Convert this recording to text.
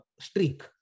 streak